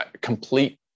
complete